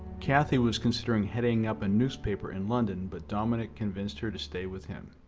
cathy was considering heading up a newspaper in london but dominique convinced her to stay with him.